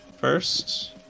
First